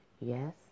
Yes